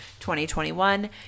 2021